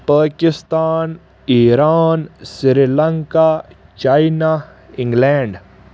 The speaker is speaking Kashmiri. Pakistan Iran Sri Lanka China England